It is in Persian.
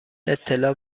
اطلاع